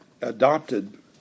adopted